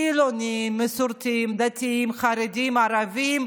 חילונים, מסורתיים, דתיים, חרדים, ערבים,